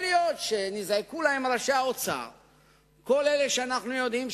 מראש הממשלה שרוצה להנהיג כללים דמוקרטיים,